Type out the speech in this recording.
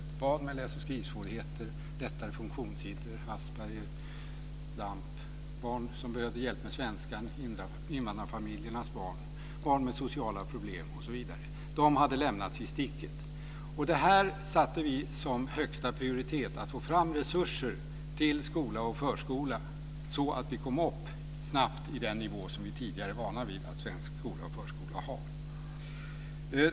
Det var barn med läs och skrivsvårigheter, lättare funktionshinder, Asperger, DAMP, barn som behövde hjälp med svenskan, invandrarfamiljernas barn, barn med sociala problem osv. De hade lämnats i sticket. Vi satte som högsta prioritet att få fram resurser till skola och förskola, så att vi snabbt skulle komma upp i den nivå vi tidigare var vana vid att svensk skola och förskola har.